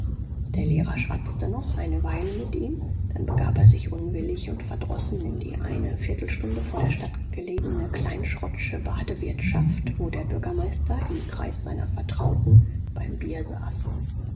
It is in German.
der lehrer schwatzte noch eine weile mit ihm dann begab er sich unwillig und verdrossen in die eine viertelstunde vor der stadt gelegene kleinschrottsche badewirtschaft wo der bürgermeister im kreis seiner vertrauten beim bier saß